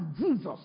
Jesus